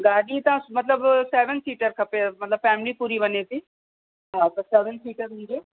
गाॾी तव्हां मतलबु सेवन सीटर खपे मतलबु फ़ैमिली पूरी वञे थी हा त सेवन सीटर हुजे